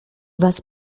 was